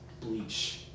bleach